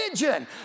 religion